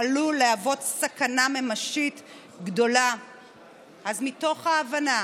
עלול להיות סכנה ממשית גדולה ומתוך הבנה